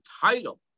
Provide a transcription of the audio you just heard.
title